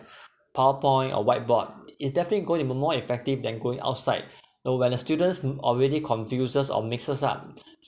power point or whiteboard is definitely going even more effective than going outside know when the students already confuses or mixes up